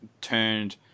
turned